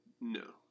No